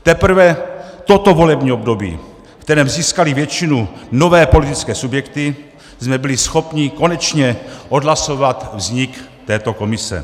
Teprve toto volební období, ve kterém získaly většinu nové politické subjekty, jsme byli schopni konečně odhlasovat vznik této komise.